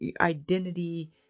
identity